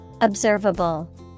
Observable